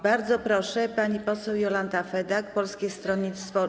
Bardzo proszę, pani poseł Jolanta Fedak, Polskie Stronnictwo.